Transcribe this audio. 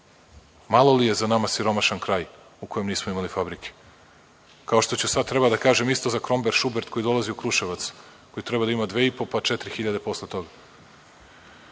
Malo li je za nama siromašan kraj u kojem nismo imali fabrike? Kao što treba da kažem isto za „Kromberg i Šubert“ koji dolazi u Kruševac, koji treba da ima dve i po, pa četiri hiljade posle toga. Rekli